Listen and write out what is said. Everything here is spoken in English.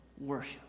worship